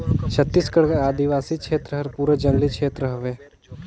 छत्तीसगढ़ कर आदिवासी छेत्र हर पूरा जंगली छेत्र हवे